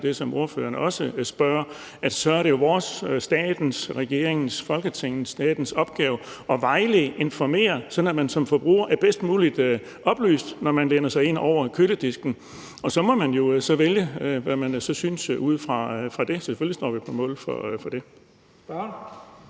bekræfte det, som ordføreren også spørger til, nemlig at det jo så er vores, statens, regeringens, Folketingets opgave at vejlede og informere, sådan at man som forbruger er bedst muligt oplyst, når man læner sig ind over køledisken. Og så må man jo så vælge, hvad man synes, ud fra det. Selvfølgelig står vi på mål for det.